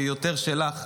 שהיא יותר שלך,